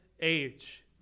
age